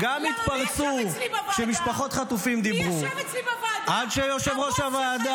אני שואל אותך שאלה.